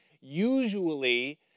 usually